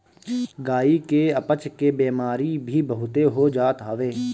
गाई के अपच के बेमारी भी बहुते हो जात हवे